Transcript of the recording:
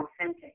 authentic